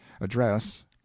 Address